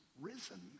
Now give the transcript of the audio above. risen